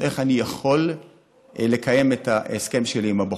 איך אני יכול לקיים את ההסכם שלי עם הבוחרים.